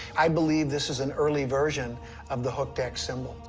i believe this is an early version of the hooked x symbol.